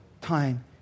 time